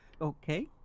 Okay